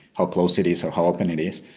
how close it is or how open it is,